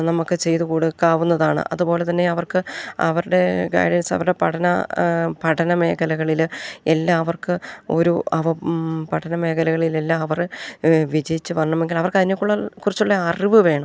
നമുക്ക് ചെയ്തു കൊടുക്കാവുന്നതാണ് അതു പോലെ തന്നെ അവർക്ക് അവരുടെ ഗൈഡൻസ് അവരുടെ പഠന പഠന മേഖലകളിൽ എല്ലാം അവർക്ക് ഒരു അവ പഠന മേഖലകളിലെല്ലാം അവർ വിജയിച്ച് വരണമെങ്കിൽ അവർക്ക് അതിനൊക്കെയുള്ള കുറിച്ചുള്ള അറിവു വേണം